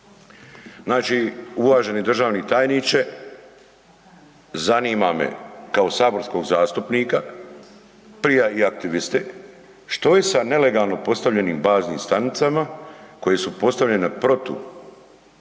Znači uvaženi državni tajniče, zanima me kao saborskog zastupnika, prije i aktiviste, što je sa nelegalno postavljenim baznim stanicama koje su postavljene protu